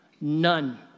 none